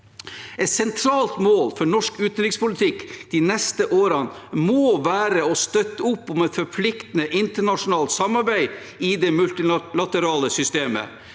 Et sentralt mål for norsk utenrikspolitikk de neste årene må være å støtte opp om et forpliktende internasjonalt samarbeid i det multilaterale systemet.